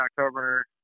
October